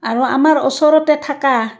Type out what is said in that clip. আৰু আমাৰ ওচৰতে থকা